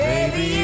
Baby